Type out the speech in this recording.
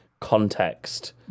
context